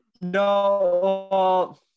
No